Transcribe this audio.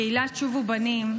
קהילת "שובו בנים",